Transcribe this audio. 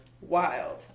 Wild